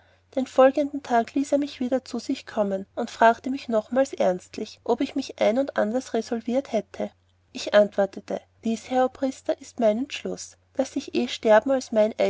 den folgenden tag ließ er mich wieder zu sich kommen und fragte mich nochmals ernstlich ob ich mich auf ein und anders resolviert hätte ich antwortete dies herr obrister ist mein entschluß daß ich eh sterben als meineidig